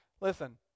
Listen